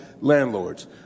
landlords